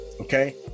Okay